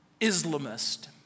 Islamist